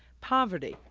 poverty,